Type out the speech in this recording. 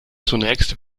zunächst